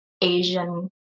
Asian